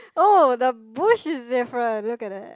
oh the bush is different look at that